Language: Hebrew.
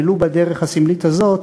ולו בדרך הסמלית הזאת,